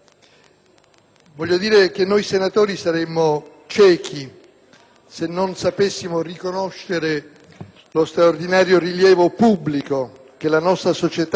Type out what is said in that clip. ieri sera. Noi senatori saremmo ciechi se non sapessimo riconoscere lo straordinario rilievo pubblico che la nostra società ha